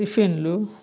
టిఫిన్లు